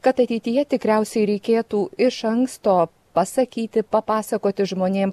kad ateityje tikriausiai reikėtų iš anksto pasakyti papasakoti žmonėm